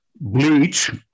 bleach